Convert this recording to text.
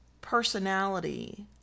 personality